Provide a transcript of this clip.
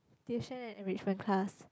tuition enrichment class